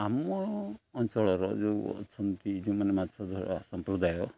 ଆମ ଅଞ୍ଚଳର ଯେଉଁ ଅଛନ୍ତି ଯେଉଁମାନେ ମାଛ ଧରା ସମ୍ପ୍ରଦାୟ